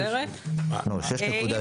--- 6.6 אצלנו.